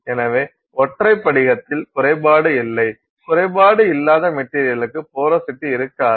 எனவே ஒற்றை படிகத்தில் குறைபாடு இல்லை குறைபாடு இல்லாத மெட்டீரியலுக்கு போரோசிட்டி இருக்காது